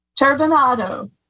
Turbinado